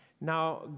Now